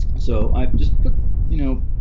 so i just you know